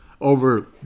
over